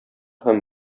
һәм